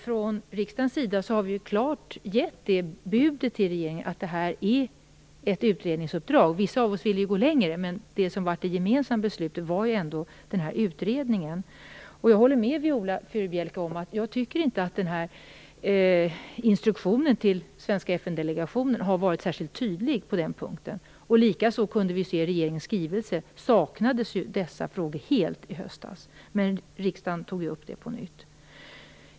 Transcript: Från riksdagens sida har vi klart gett det budet till regeringen, att det här är ett utredningsuppdrag. Vissa av oss vill gå längre, men det gemensamma beslutet var ändå den här utredningen. Jag håller med Viola Furubjelke, jag tycker inte att instruktionen till svenska FN-delegationen har varit särskilt tydlig på den här punkten. Likaså kunde vi se att dessa frågor saknades helt i regeringens skrivelse i höstas. Men riksdagen tog upp dem på nytt.